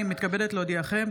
אני מתכבדת להודיעכם,